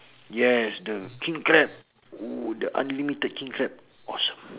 yes the king crab oo the unlimited king crab awesome